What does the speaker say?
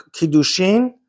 kiddushin